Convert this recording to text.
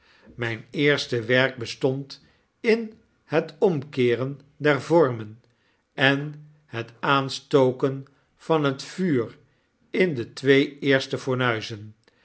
mijn eerste werkbestondin het omkeeren der vormen en het aanstoken van het vuur in de twee eerste